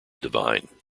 divine